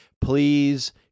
Please